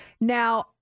Now